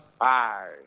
Hi